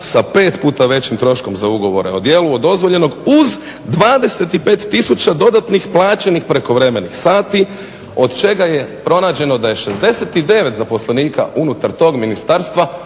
sa 5 puta većim troškom za ugovore o djelu od dozvoljenog uz 25 tisuća dodatnih plaćenih prekovremenih sati od čega je pronađeno da je 69 zaposlenika unutar tog ministarstva